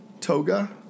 toga